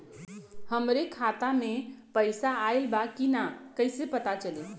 हमरे खाता में पैसा ऑइल बा कि ना कैसे पता चली?